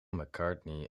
mccartney